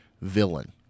villain